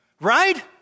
right